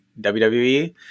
WWE